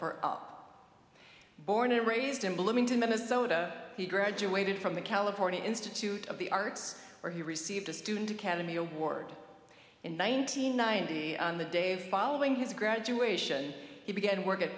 for up born and raised in bloomington minnesota he graduated from the california institute of the arts or he received a student academy award in ninety nine day following his graduation he began work at